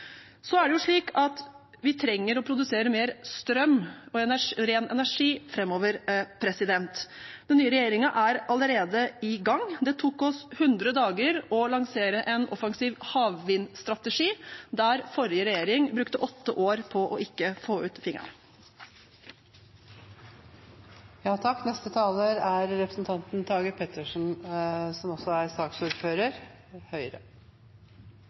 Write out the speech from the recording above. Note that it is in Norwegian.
Vi trenger å produsere mer strøm og ren energi framover. Den nye regjeringen er allerede i gang. Det tok oss 100 dager å lansere en offensiv havvindstrategi, der forrige regjering brukte åtte år på ikke å få ut